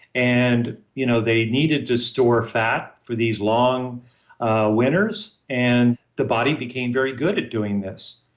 and you know they needed to store fat for these long winters, and the body became very good at doing this.